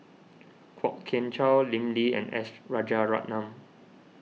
Kwok Kian Chow Lim Lee and S Rajaratnam